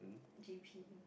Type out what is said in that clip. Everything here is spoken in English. G_P